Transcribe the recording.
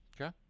Okay